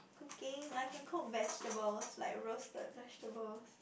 cooking I can cook vegetables like roasted vegetables